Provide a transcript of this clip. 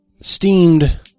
steamed